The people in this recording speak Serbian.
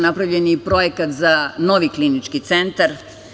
Napravljen je i projekat za novi klinički centar.